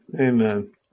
Amen